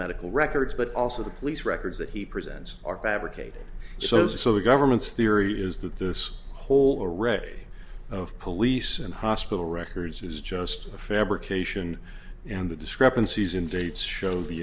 medical records but also the police records that he presents are fabricated so so the government's theory is that this whole already of police and hospital records is just a fabrication and the discrepancies in dates show the